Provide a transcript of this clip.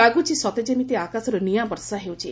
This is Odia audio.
ଲାଗୁଛି ସ ଯେମିତି ଆକାଶରୁ ନିଆଁ ବର୍ଷା ହେଉଛି